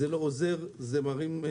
זה לא עוזר, זה מרים את